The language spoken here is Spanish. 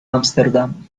ámsterdam